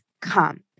come